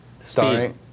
starring